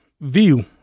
view